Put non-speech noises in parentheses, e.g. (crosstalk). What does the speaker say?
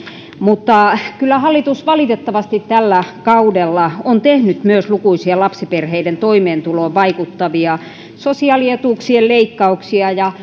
mutta kyllä hallitus valitettavasti tällä kaudella on tehnyt myös lukuisia lapsiperheiden toimeentuloon vaikuttavia sosiaalietuuksien leikkauksia ja (unintelligible)